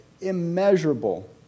immeasurable